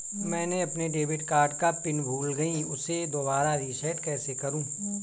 मैंने अपने debit card का पिन भूल गई, उसे दोबारा रीसेट कैसे करूँ?